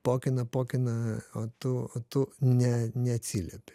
pokina pokina o tu o tu ne neatsiliepi